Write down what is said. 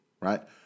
right